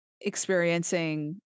experiencing